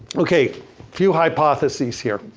okay, a few hypotheses here.